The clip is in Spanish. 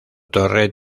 torre